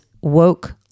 woke